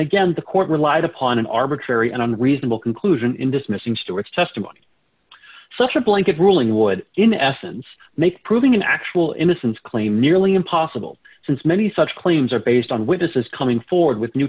again the court relied upon an arbitrary and on the reasonable conclusion in dismissing stewart's testimony such a blanket ruling would in essence make proving an actual innocence claim nearly impossible since many such claims are based on witnesses coming forward with new